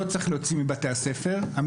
לא צריך להוציא מבתי הספר אלא להיפך,